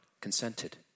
consented